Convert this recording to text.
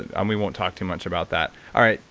um we won't talk too much about that. all right.